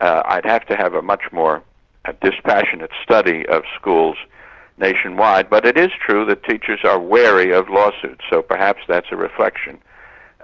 i'd have to have a much more ah dispassionate study of schools nationwide, but it is true that teachers are wary of lawsuits, so perhaps that's a reflection